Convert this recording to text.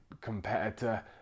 competitor